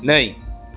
नै